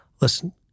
Listen